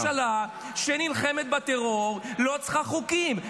הממשלה שנלחמת בטרור לא צריכה חוקים,